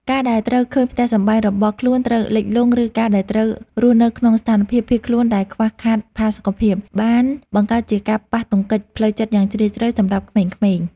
ការដែលត្រូវឃើញផ្ទះសម្បែងរបស់ខ្លួនត្រូវលិចលង់ ឬការដែលត្រូវរស់នៅក្នុងស្ថានភាពភៀសខ្លួនដែលខ្វះខាតផាសុកភាព បានបង្កើតជាការប៉ះទង្គិចផ្លូវចិត្តយ៉ាងជ្រាលជ្រៅសម្រាប់ក្មេងៗ។